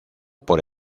por